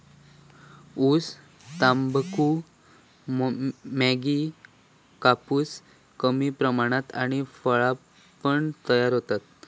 ऊस, तंबाखू, मॅगी, कापूस कमी प्रमाणात आणि फळा पण तयार होतत